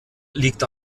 liegt